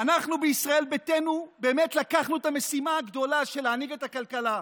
אנחנו בישראל ביתנו באמת לקחנו את המשימה הגדולה להנהיג את הכלכלה,